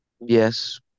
Yes